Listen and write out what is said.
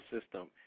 system